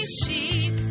sheep